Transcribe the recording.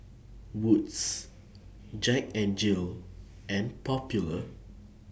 Wood's Jack N Jill and Popular